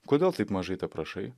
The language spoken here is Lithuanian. kodėl taip mažai teprašai